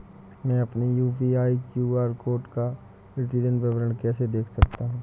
मैं अपनी UPI QR code का प्रतीदीन विवरण कैसे देख सकता हूँ?